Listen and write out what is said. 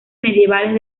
medievales